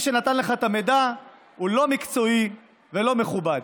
מי שנתן לך את המידע הוא לא מקצועי ולא מכובד.